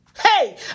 Hey